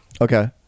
Okay